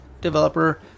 developer